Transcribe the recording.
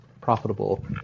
profitable